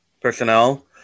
Personnel